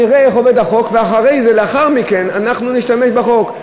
נראה איך עובד החוק ולאחר מכן אנחנו נשתמש בחוק.